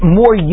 more